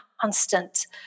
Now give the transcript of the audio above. constant